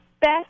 best